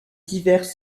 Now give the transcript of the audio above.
divers